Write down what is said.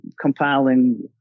compiling